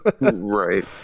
Right